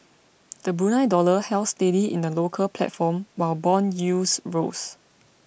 the Brunei dollar held steady in the local platform while bond yields rose